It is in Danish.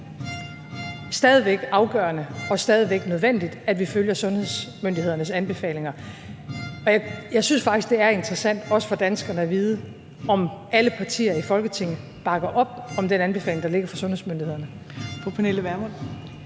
stadig væk afgørende og stadig væk nødvendigt, at vi følger sundhedsmyndighedernes anbefalinger. Og jeg synes faktisk, det er interessant, også for danskerne, at vide, om alle partier i Folketinget bakker op om den anbefaling, der ligger fra sundhedsmyndighedernes side.